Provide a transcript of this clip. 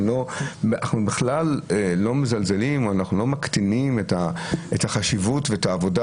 אנחנו בכלל לא מזלזלים או לא מקטינים את החשיבות ואת העבודה